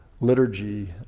liturgy